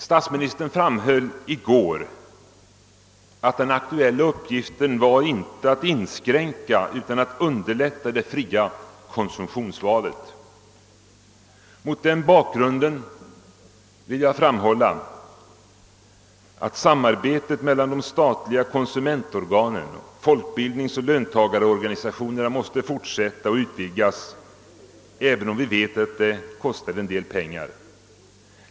Statsministern framhöll i går, att den aktuella uppgiften inte var att inskränka, utan att underlätta det fria konsumtionsvalet. Mot den bakgrunden vill jag betona, att samarbetet mellan de statliga konsumentorganen och folkbildningsoch löntagarorganisationerna måste fortsätta och utvidgas, även om vi vet att detta kostar en del pengar.